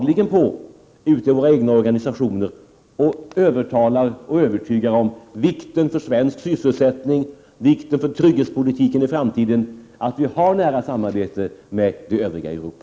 I våra egna organisationer försöker vi dagligen övertyga om vikten för den svenska sysselsättningen och för trygghetspolitiken i framtiden av att vi har ett nära samarbete med det övriga Europa.